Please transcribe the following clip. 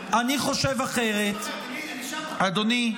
אדוני.